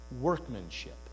workmanship